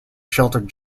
sheltered